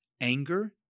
anger